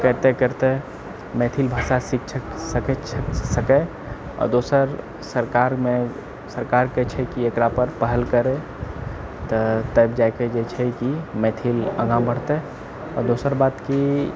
करिते करिते मैथिल भाषा शिक्षक सिख सकए आओर दोसर सरकारमे सरकारके छै कि एकरापर पहल करए तऽ तब जाके जे छै कि मैथिल आगाँ बढ़ितै आओर दोसर बात कि